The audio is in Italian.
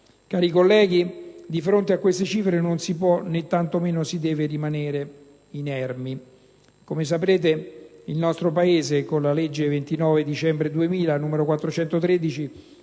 Cari colleghi, di fronte a queste cifre non si può, né tanto meno si deve rimanere inerti. Come saprete, il nostro Paese con la legge 29 dicembre 2000, n. 413,